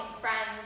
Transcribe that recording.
friends